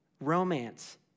Romance